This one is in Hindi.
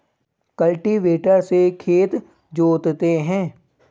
कल्टीवेटर से खेत जोतते हैं